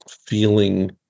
feeling